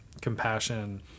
compassion